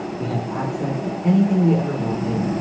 we had access to anything we ever wanted.